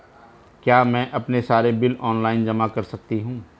क्या मैं अपने सारे बिल ऑनलाइन जमा कर सकती हूँ?